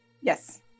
yes